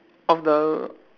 of the